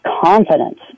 confidence